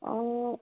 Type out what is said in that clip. অঁ